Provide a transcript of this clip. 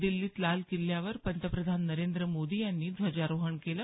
दिल्लीत लाल किल्ल्यावर पंतप्रधान नरेंद्र मोदी यांनी ध्वजारोहण केलं